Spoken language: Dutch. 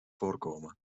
voorkomen